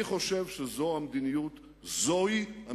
אני חושב שזאת המדיניות הנכונה.